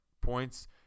Points